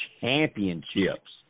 championships